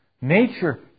nature